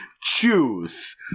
choose